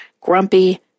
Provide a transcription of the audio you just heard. grumpy